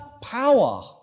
power